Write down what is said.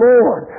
Lord